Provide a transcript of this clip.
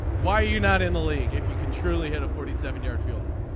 why are you not in the league if you can truly hit a forty seven yard field goal.